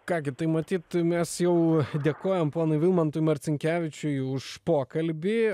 ką gi tai matyt mes jau dėkojam ponui vilmantui marcinkevičiui už pokalbį